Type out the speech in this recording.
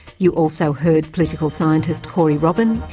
you also heard political scientist corey robin,